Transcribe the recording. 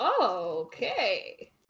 Okay